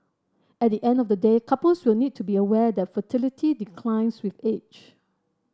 at the end of the day couples will need to be aware that fertility declines with age